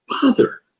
father